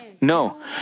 No